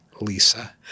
Lisa